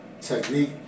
technique